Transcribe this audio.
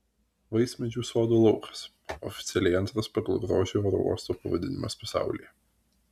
vaismedžių sodo laukas oficialiai antras pagal grožį oro uosto pavadinimas pasaulyje